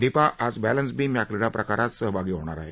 दीपा आज balance beam या क्रीडा प्रकारात सहभा ी होणार आहे